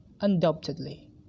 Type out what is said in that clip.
undoubtedly